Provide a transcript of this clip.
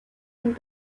und